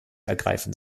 ergreifen